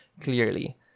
clearly